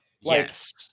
Yes